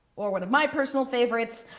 or one of my personal favorites,